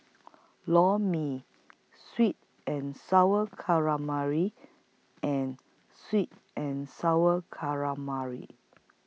Lor Mee Sweet and Sour Calamari and Sweet and Sour Calamari